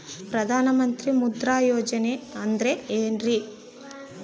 ಪ್ರಧಾನ ಮಂತ್ರಿ ಮುದ್ರಾ ಯೋಜನೆ ಅಂದ್ರೆ ಏನ್ರಿ?